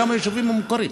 גם היישובים המוכרים.